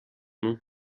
nom